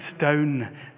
down